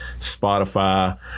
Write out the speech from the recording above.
Spotify